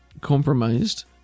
compromised